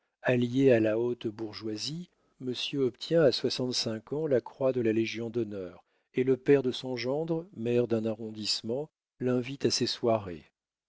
alliés à la haute bourgeoisie monsieur obtient à soixante-cinq ans la croix de la légion-d'honneur et le père de son gendre maire d'un arrondissement l'invite à ses soirées